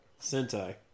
Sentai